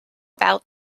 about